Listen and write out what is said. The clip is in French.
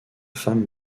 femme